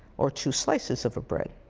or two slices of a bread.